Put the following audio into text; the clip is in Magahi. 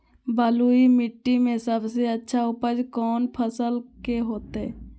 बलुई मिट्टी में सबसे अच्छा उपज कौन फसल के होतय?